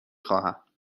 خواهم